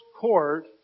court